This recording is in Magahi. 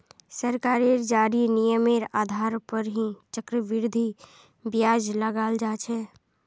सरकारेर जारी नियमेर आधार पर ही चक्रवृद्धि ब्याज लगाल जा छे